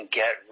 get